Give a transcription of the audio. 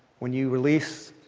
when you release,